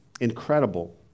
incredible